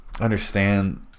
Understand